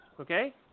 Okay